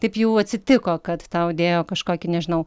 taip jau atsitiko kad tau dėjo kažkokį nežinau